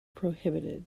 prohibited